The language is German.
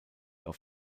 auf